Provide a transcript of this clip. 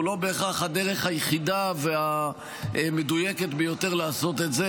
הוא לא בהכרח הדרך היחידה והמדויקת ביותר לעשות את זה,